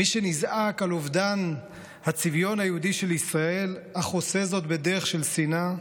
מי שנזעק על אובדן הצביון היהודי של ישראל אך עושה זאת בדרך של שנאה,